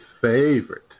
favorite